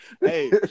hey